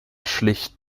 schlicht